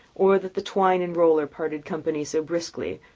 or that the twine and roller parted company so briskly,